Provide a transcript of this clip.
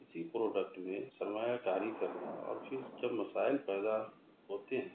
کسی پروڈکٹ میں سرمایہ کاری کرنا اور پھر جب مسائل پیدا ہوتے ہیں